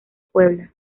puebla